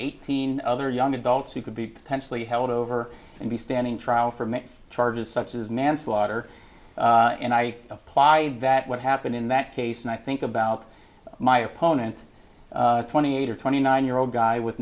eighteen other young adults who could be potentially held over and be standing trial for many charges such as manslaughter and i apply what happened in that case and i think about my opponent twenty eight or twenty nine year old guy with